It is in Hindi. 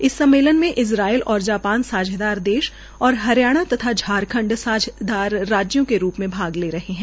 इस सम्मेलन में इज़राइल और जापान साझीदार देश और हरियाणा और झारखंड साझीदार राज्यों के तौर पर भाग ले रहे हैं